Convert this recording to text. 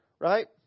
Right